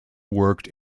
worked